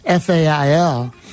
FAIL